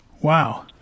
Wow